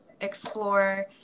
explore